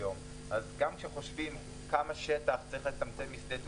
אז למה שלא תיתנו לו להיכנס?